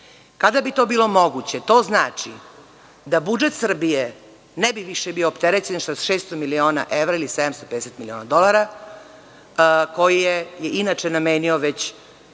Kada bi to bilo moguće, to znači da budžet Srbije ne bi više bio opterećen sa 600 miliona evra ili 750 miliona dolara, koje je inače namenio već